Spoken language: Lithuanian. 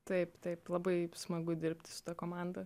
taip taip labai smagu dirbt su ta komanda